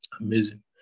amazing